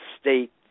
state